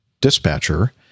dispatcher